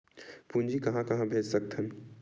पूंजी कहां कहा भेज सकथन?